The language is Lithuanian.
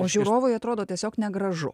o žiūrovui atrodo tiesiog negražu